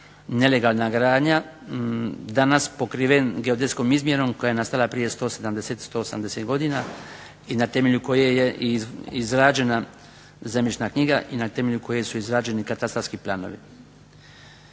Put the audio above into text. nelegalna gradnja danas pokriven geodetskom izmjerom koja je nastala prije 170, 180 godina i na temelju koje je izrađena zemljišna knjiga i na temelju koje su izrađeni katastarski planovi.